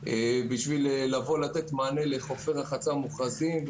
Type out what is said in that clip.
שצריכה לבוא לתת מענה לחופי רחצה מוכרזים,